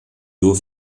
nur